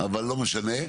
אבל לא משנה.